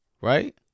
Right